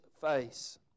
face